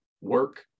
work